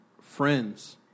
friends